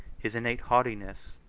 his innate haughtiness,